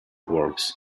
works